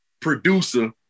producer